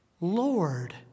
Lord